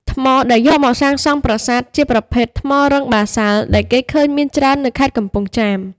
ថ្មដែលយកមកសាងសង់ប្រាសាទជាប្រភេទ ថ្មរឹងបាសាល់ ដែលគេឃើញមានច្រើននៅខេត្តកំពង់ចាម។